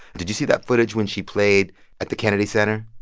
did you see that footage when she played at the kennedy center.